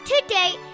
today